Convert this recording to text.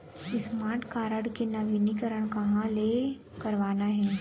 Smart card के नवीनीकरण कहां से करवाना हे?